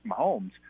Mahomes